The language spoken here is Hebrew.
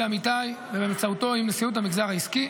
אמיתי ובאמצעותו עם נשיאות המגזר העסקי,